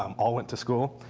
um all went to school.